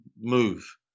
move